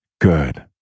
good